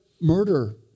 murder